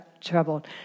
troubled